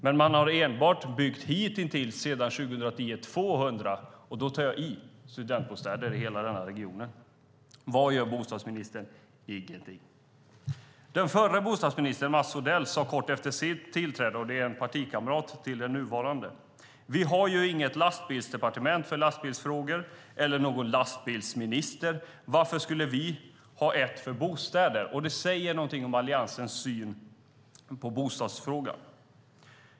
Men man har hitintills sedan 2010 enbart byggt 200 - och då tar jag i - studentbostäder i hela regionen. Vad gör bostadsministern? Ingenting. Den förre bostadsministern, Mats Odell, som är partikamrat med den nuvarande ministern, sade kort efter sitt tillträde: Vi har ju inget lastbilsdepartement för lastbilsfrågor eller någon lastbilsminister. Varför skulle vi ha ett departement för bostäder? Det säger någonting om Alliansens syn på bostadsfrågan.